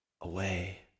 away